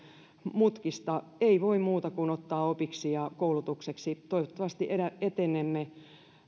mutkista ei voi muuta kuin ottaa opiksi ja koulutukseksi toivottavasti etenemme